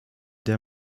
der